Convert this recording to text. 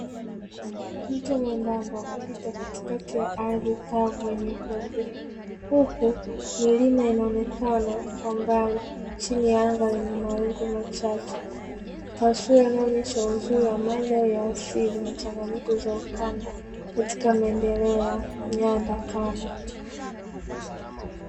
Mti mwembamba unaopita katikati ya ardhi kavu yenye vumbi huku milima inaonekana kwa mbali chini ya anga lenye mawingu machache; taswira inayoonyesha uzuri wa mandari ya asili na changamoto za ukame katika maendeleo ya nyanda kame.